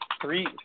three